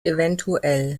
evtl